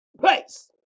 place